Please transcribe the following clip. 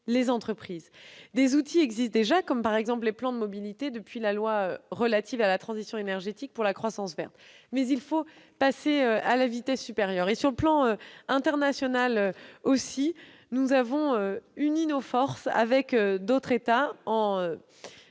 Des outils existent déjà, comme les plans de mobilité, depuis la loi relative à la transition énergétique pour la croissance verte, mais il faut passer à la vitesse supérieure. Sur le plan international également, nous avons uni nos forces en lançant une